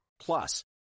Plus